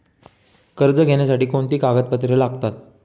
कर्ज घेण्यासाठी कोणती कागदपत्रे लागतात?